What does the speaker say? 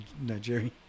Nigeria